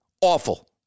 Awful